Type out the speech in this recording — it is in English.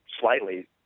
slightly